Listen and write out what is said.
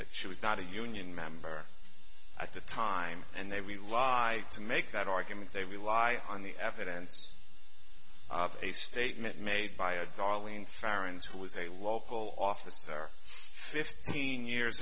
too was not a union member at the time and they we lie to make that argument they rely on the evidence of a statement made by a darling theron's who is a local offices are fifteen years